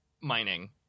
mining